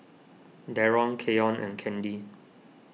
Darron Keyon and Candy